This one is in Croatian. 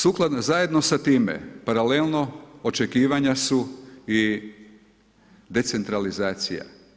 Sukladno zajedno sa time paralelno očekivanja su i decentralizacija.